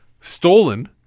Stolen